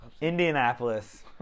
Indianapolis